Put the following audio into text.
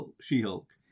She-Hulk